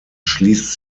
schließt